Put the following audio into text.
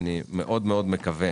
אני מקווה